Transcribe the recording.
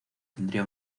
tendría